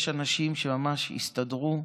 יש אנשים שממש הסתדרו,